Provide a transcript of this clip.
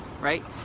right